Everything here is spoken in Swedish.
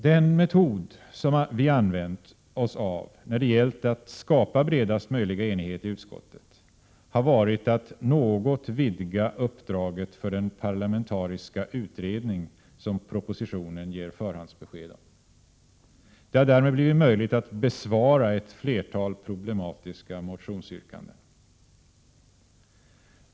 Den metod som vi tillämpat när det gällt att få till stånd bredaste möjliga enighet i utskottet har gått ut på att något vidga uppdraget för den parlamentariska utredning som propositionen ger förhandsbesked om. Det har därmed blivit möjligt att ”besvara” ett flertal problematiska motionsyrkanden.